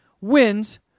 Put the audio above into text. wins